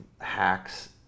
hacks